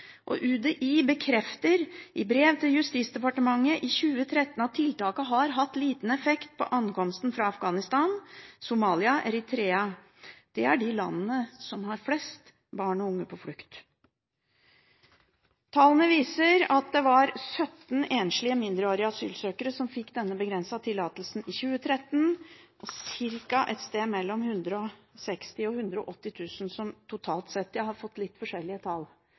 UDI bekreftet i brev til Justis- og beredskapsdepartementet i 2013 at tiltaket har hatt liten effekt på ankomstene fra Afghanistan, Somalia og Eritrea. Det er disse landene som har flest barn og unge på flukt. Tallene viser at det var 17 enslige mindreårige asylsøkere som fikk denne begrensete tillatelsen i 2013, og et sted mellom 160 000 og 180 000 totalt sett – jeg har fått litt forskjellige tall